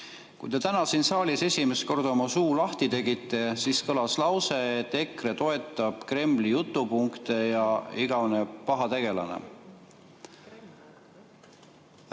Kui te täna siin saalis esimest korda oma suu lahti tegite, siis kõlas lause, et EKRE toetab Kremli jutupunkte ja on igavene paha tegelane.